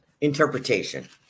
Interpretation